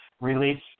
release